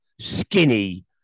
skinny